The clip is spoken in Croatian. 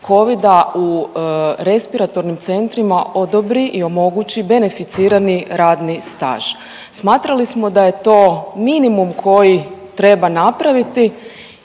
covida u respiratornim centrima odobri i omogući beneficirani radni staž. Smatrali smo da je to minimum koji treba napraviti